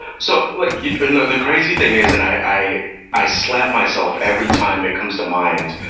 so like you know the crazy thing is and i i slap myself every time it comes to mind,